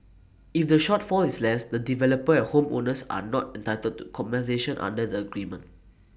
if the shortfall is less the developer and home owners are not entitled to compensation under the agreement